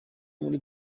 muri